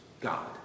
God